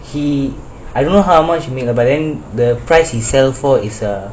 he I don't know how much he made but then the price he sell for is uh